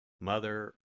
Mother